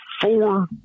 four